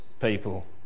people